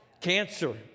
Cancer